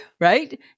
Right